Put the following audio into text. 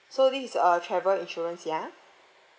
so this is a travel insurance ya